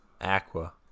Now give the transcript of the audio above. Aqua